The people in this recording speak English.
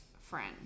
friend